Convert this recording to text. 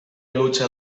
lucha